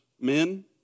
men